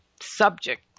subject